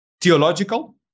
theological